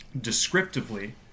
descriptively